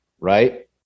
right